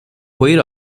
ହୋଇ